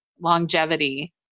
longevity